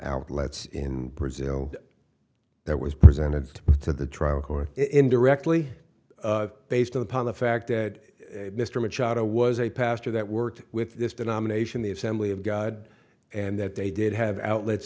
outlets in brazil that was presented to the trial court indirectly based upon the fact that mr machado was a pastor that worked with this domination the assembly of god and that they did have outlets